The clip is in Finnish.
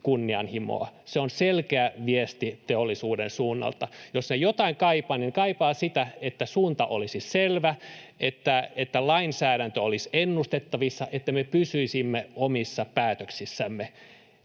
ilmastokunnianhimoa, se on selkeä viesti teollisuuden suunnalta — se kaipaa sitä, että suunta olisi selvä, että lainsäädäntö olisi ennustettavissa, että me pystyisimme omissa päätöksissämme.